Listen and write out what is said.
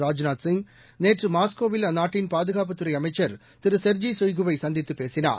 ராஜ்நாத் சிங் நேற்று மாஸ்கோவில் அந்நாட்டின் பாதுகாப்புத் துறை அமைச்சர் திரு செர்ஜி சொய்கு வைச் சந்தித்துப் பேசினார்